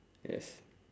yes